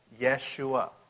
Yeshua